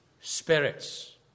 spirits